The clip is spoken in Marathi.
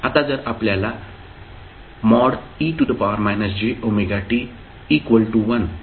आता जर आपल्याला ची व्हॅल्यू मिळाली तर